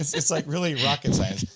it's it's like really rocket science,